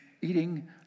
eating